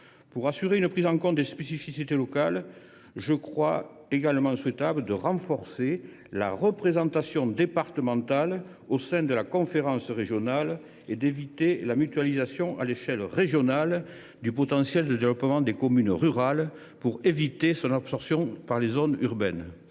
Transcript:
Pour assurer la prise en compte des spécificités locales, je crois également souhaitable de renforcer la représentation départementale au sein de la conférence régionale et d’éviter la mutualisation à l’échelle régionale du potentiel de développement des communes rurales, afin d’éviter son absorption par les zones urbaines.